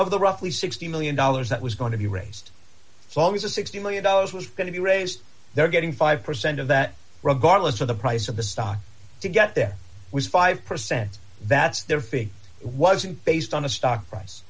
of the roughly sixty million dollars that was going to be raised it's always a sixty million dollars was going to be raised they're getting five percent of that regardless of the price of the stock to get there was five percent that's their fig wasn't based on the stock price